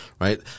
right